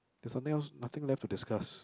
there's something else nothing left to discuss